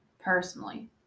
personally